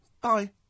Bye